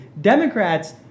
Democrats